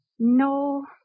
No